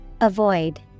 Avoid